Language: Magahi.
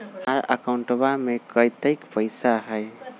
हमार अकाउंटवा में कतेइक पैसा हई?